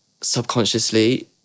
subconsciously